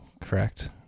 correct